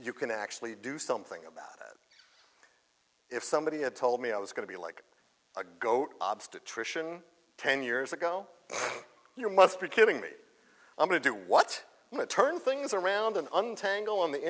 you can actually do something about if somebody had told me i was going to be like a goat obstetrician ten years ago you must be kidding me i'm going to do what turn things around and untangle on the